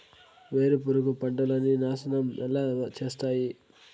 వేరుపురుగు పంటలని నాశనం ఎలా చేస్తాయి?